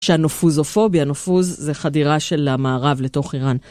שהנופוזופוביה, נופוז, זה חדירה של המערב לתוך איראן.